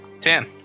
Ten